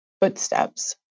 footsteps